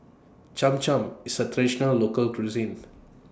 Cham Cham IS A Traditional Local Cuisine